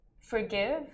forgive